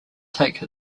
take